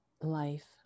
life